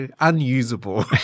Unusable